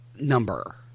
number